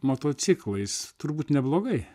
motociklais turbūt neblogai